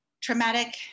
traumatic